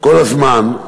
כל הזמן,